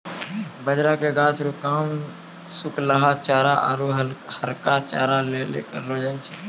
बाजरा के गाछ रो काम सुखलहा चारा आरु हरका चारा लेली करलौ जाय छै